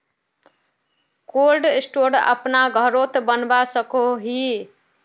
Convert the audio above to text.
Cold store अपना घोरोत बनवा सकोहो ही?